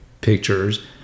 pictures